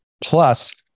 Plus